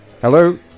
Hello